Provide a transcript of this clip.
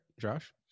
Josh